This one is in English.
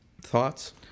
Thoughts